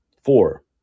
four